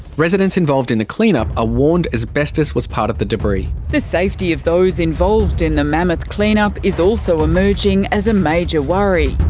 residents involved in the clean-up are ah warned asbestos was part of the debris. the safety of those involved in the mammoth clean-up is also emerging as a major worry.